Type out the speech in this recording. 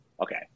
okay